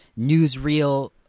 newsreel